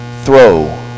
throw